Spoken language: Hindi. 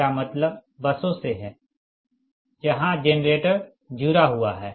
मेरा मतलब बसों से है जहाँ जेनरेटर जुड़ा हुआ हैं